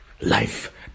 life